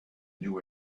new